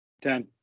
Ten